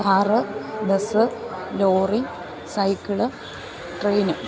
car bus lorry cycle train